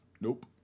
Nope